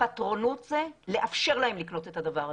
הפטרונות זה לאפשר להם לקנות את הדבר הזה.